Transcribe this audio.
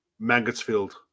Mangotsfield